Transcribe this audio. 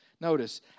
Notice